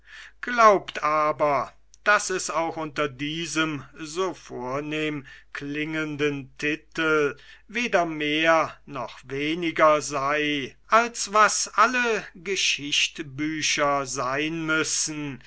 glaubt aber daß es auch unter diesem so vornehm klingenden titel weder mehr noch weniger sei als was alle geschichtbücher sein müssen